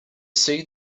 see